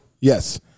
yes